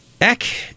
Eck